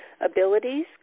abilities